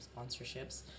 sponsorships